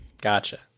Gotcha